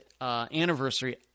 anniversary